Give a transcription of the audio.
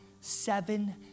seven